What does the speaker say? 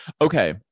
Okay